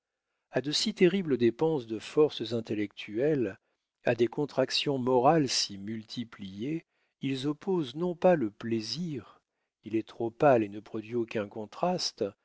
a de si terribles dépenses de forces intellectuelles à des contractions morales si multipliées ils opposent non pas le plaisir il est trop pâle et ne produit aucun contraste